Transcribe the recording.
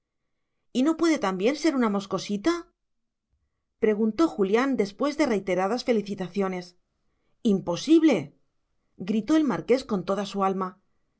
y no puede también ser una moscosita preguntó julián después de reiteradas felicitaciones imposible gritó el marqués con toda su alma